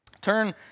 turn